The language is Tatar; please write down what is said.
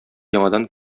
яңадан